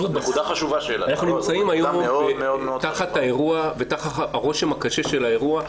אנחנו נמצאים תחת האירוע ותחת הרושם הקשה של האירוע.